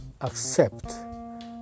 accept